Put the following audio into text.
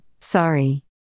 Sorry